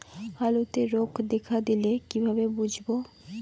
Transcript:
আলুতে রোগ দেখা দিলে কিভাবে বুঝবো?